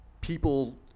people